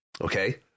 okay